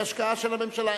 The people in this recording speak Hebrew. היא השקעה של הממשלה,